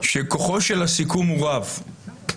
שכוחו של הסיכום הוא רב.